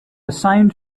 sound